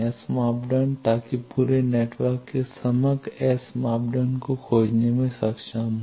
S मापदंड ताकि पूरे नेटवर्क के समग्र एस मापदंड को खोजने में सक्षम हो